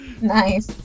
Nice